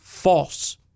False